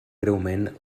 greument